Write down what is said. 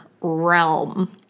realm